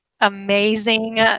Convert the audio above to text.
amazing